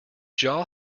jaw